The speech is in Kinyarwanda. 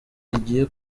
igiye